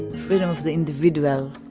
freedom of the individual.